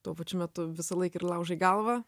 tuo pačiu metu visąlaik ir laužai galvą